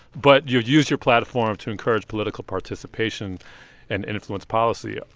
but you use your platform to encourage political participation and influence policy. ah